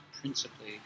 principally